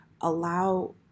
allow